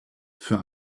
für